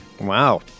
Wow